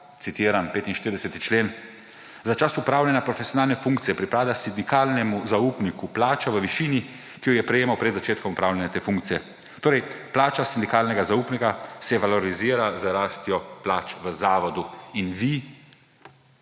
citiram 45. člen: »Za čas opravljanja profesionalne funkcije pripada sindikalnemu zaupniku plača v višini, ki jo je prejemal pred začetkom opravljanja te funkcije«. Torej plača sindikalnega zaupnika se valorizira z rastjo plač v zavodu in vi